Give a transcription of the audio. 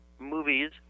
movies